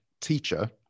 teacher